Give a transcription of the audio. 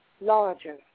larger